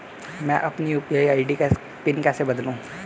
मैं अपनी UPI ID का पिन कैसे बदलूं?